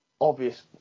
obvious